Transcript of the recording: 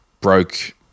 broke